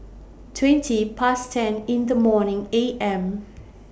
twenty Past ten in The morning A M